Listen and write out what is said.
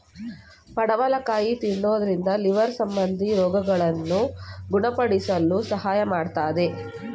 ಪಡವಲಕಾಯಿ ತಿನ್ನುವುದರಿಂದ ಲಿವರ್ ಸಂಬಂಧಿ ರೋಗಗಳನ್ನು ಗುಣಪಡಿಸಲು ಸಹಾಯ ಮಾಡತ್ತದೆ